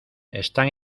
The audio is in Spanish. están